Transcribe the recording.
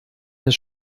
ist